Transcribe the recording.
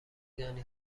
دانی